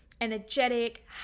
energetic